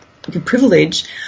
privilege